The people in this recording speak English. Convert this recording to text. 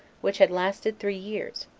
which had lasted three years,